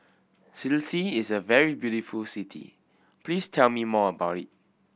Tbilisi is a very beautiful city please tell me more about it